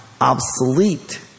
obsolete